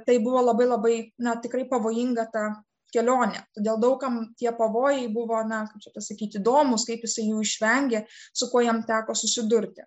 tai buvo labai labai na tikrai pavojinga ta kelionė todėl daug kam tie pavojai buvo na kaip čia pasakyti įdomūs kaip jisai jų išvengė su kuo jam teko susidurti